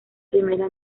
primera